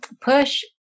push